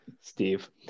steve